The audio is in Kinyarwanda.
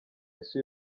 ese